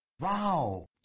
Wow